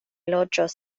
loĝos